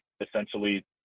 essentially